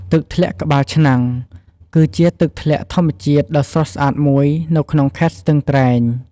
ទឹកធ្លាក់ក្បាលឆ្នាំង គឺជាទឹកធ្លាក់ធម្មជាតិដ៏ស្រស់ស្អាតមួយនៅក្នុងខេត្តស្ទឹងត្រែង។